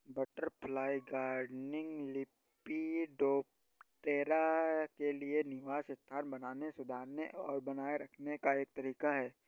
butterfly gardening, lepidoptera के लिए निवास स्थान बनाने, सुधारने और बनाए रखने का एक तरीका है